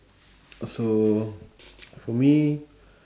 uh so for me